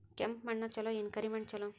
ಕೆಂಪ ಮಣ್ಣ ಛಲೋ ಏನ್ ಕರಿ ಮಣ್ಣ ಛಲೋ?